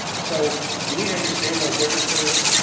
so you need to understand those differences,